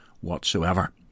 whatsoever